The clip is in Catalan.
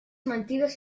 mentides